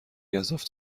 گزاف